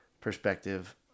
perspective